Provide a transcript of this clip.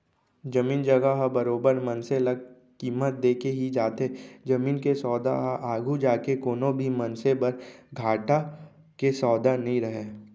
जमीन जघा ह बरोबर मनसे ल कीमत देके ही जाथे जमीन के सौदा ह आघू जाके कोनो भी मनसे बर घाटा के सौदा नइ रहय